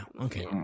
Okay